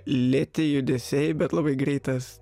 lėti judesiai bet labai greitas